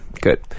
good